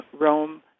Rome